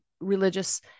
religious